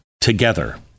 together